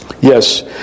Yes